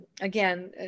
again